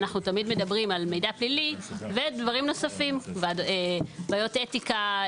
אנחנו תמיד מדברים על מידע פלילי ועל דברים נוספים: בעיות אתיקה,